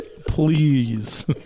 please